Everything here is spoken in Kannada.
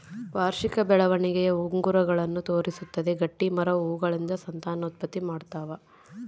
ವಾರ್ಷಿಕ ಬೆಳವಣಿಗೆಯ ಉಂಗುರಗಳನ್ನು ತೋರಿಸುತ್ತದೆ ಗಟ್ಟಿಮರ ಹೂಗಳಿಂದ ಸಂತಾನೋತ್ಪತ್ತಿ ಮಾಡ್ತಾವ